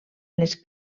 les